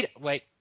wait